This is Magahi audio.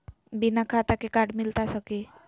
बिना खाता के कार्ड मिलता सकी?